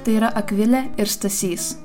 tai yra akvilė ir stasys